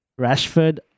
Rashford